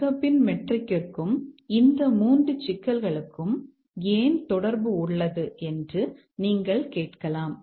மெக்காபின் மெட்ரிக்கிற்கும் இந்த 3 சிக்கல்களுக்கும் ஏன் தொடர்பு உள்ளது என்று நீங்கள் கேட்கலாம்